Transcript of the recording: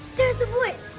there are the boys!